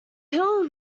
hill